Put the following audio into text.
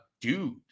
dude